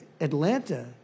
Atlanta